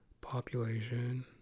population